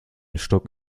stock